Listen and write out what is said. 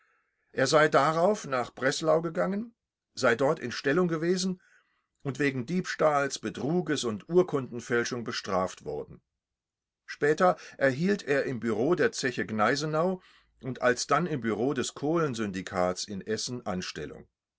er sei darauf nach breslau gegangen sei dort in stellung gewesen und wegen diebstahls betruges und urkundenfälschung bestraft worden später erhielt er im bureau der zeche gneisenau und alsdann im bureau des kohlensyndikats in essen anstellung